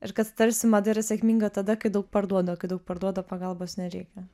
ir kad tarsi mada yra sėkminga tada kai daug parduoda kai daug parduoda pagalbos nereikia